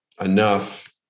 enough